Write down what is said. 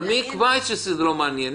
מי יקבע שזה לא מעניין?